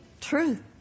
truth